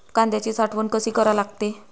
कांद्याची साठवन कसी करा लागते?